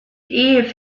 ehe